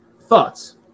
thoughts